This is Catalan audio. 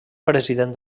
president